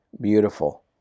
beautiful